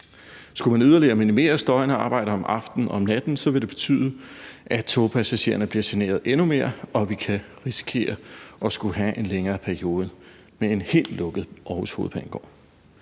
Skulle man yderligere minimere støjende arbejde om aftenen og om natten, ville det betyde, at togpassagererne blev generet endnu mere, og vi kan risikere at skulle have en længere periode med en helt lukket Aarhus Hovedbanegård.